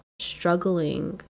struggling